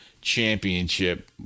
championship